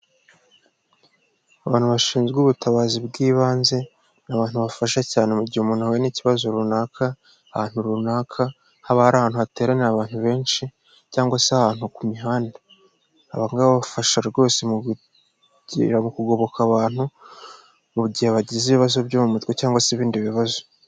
Abantu bashinzwe ubutabazi bw'ibanze, ni abantu bafasha cyane mu gihe umuntu ahuye n'ikibazo runaka, ahantu runaka haba hari ahantu hateraniye abantu benshi, cyangwa se ahantu ku mihanda bafasha rwose mu kugoboka abantu mu gihe bagize ibibazo byo mu mutwe cyangwa se ibindi bibazo.